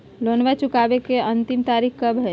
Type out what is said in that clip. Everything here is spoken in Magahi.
लोनमा चुकबे के अंतिम तारीख कब हय?